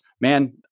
man